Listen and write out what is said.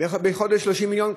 בחודש 30 מיליון.